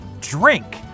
drink